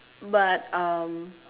but um